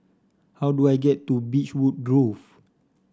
how do I get to Beechwood Grove